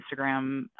Instagram